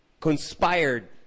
conspired